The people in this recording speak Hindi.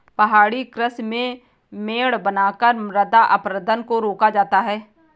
पहाड़ी कृषि में मेड़ बनाकर मृदा अपरदन को रोका जाता है